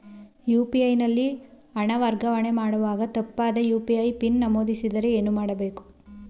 UPI ನಲ್ಲಿ ಹಣ ವರ್ಗಾವಣೆ ಮಾಡುವಾಗ ತಪ್ಪಾದ ಯು.ಪಿ.ಐ ಪಿನ್ ನಮೂದಿಸಿದರೆ ಏನು ಮಾಡಬೇಕು?